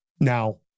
Now